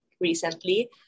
recently